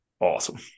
awesome